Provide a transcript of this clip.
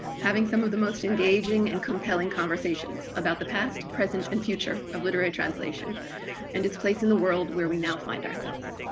having some of the most engaging and compelling conversations about the past, present, and future of literary translation and its place in the world where we now find ourselves.